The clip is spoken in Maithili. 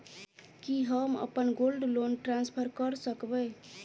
की हम अप्पन गोल्ड लोन ट्रान्सफर करऽ सकबै?